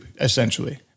essentially